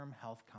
health